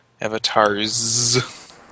Avatars